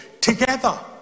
together